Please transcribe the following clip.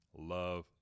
Love